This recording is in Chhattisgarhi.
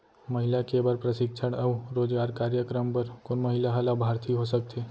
महिला के बर प्रशिक्षण अऊ रोजगार कार्यक्रम बर कोन महिला ह लाभार्थी हो सकथे?